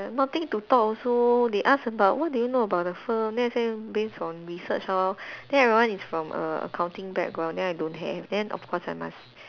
nothing to talk also they ask about what do you know about the firm then I say based on research lor then everyone is from err accounting background then I don't have then of course I must